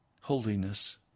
holiness